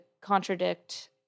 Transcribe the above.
contradict